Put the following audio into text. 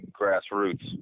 grassroots